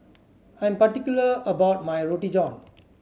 I am particular about my Roti John